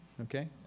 Okay